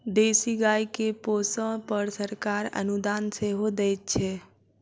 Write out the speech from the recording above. देशी गाय के पोसअ पर सरकार अनुदान सेहो दैत छै